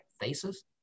faces